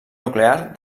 nuclear